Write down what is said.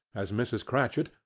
as mrs. cratchit,